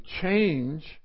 change